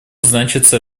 значится